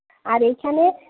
আর এইখানে